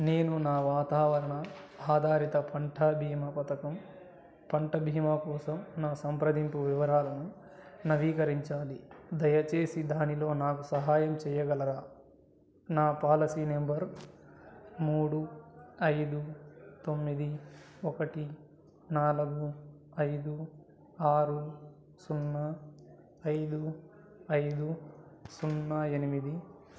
నేను నా వాతావరణ ఆధారిత పంటా భీమా పథకం పంట బీమా కోసం నా సంప్రదింపు వివరాలను నవీకరించాలి దయచేసి దానిలో నాకు సహాయం చెయ్యగలరా నా పాలసీ నంబర్ మూడు ఐదు తొమ్మిది ఒకటి నాలుగు ఐదు ఆరు సున్నా ఐదు ఐదు సున్నా ఎనిమిది